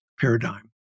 paradigm